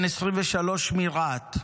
אלזיאדנה, בן 23, מרהט.